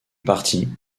parti